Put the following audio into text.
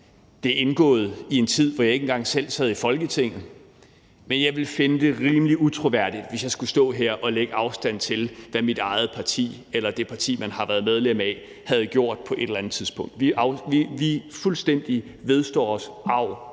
blev indgået i en tid, hvor jeg ikke engang selv sad i Folketinget. Men jeg ville finde det rimeligt utroværdigt, hvis jeg skulle stå her og lægge afstand til, hvad mit eget parti eller det parti, man har været medlem af, havde gjort på et eller andet tidspunkt. Vi vedstår os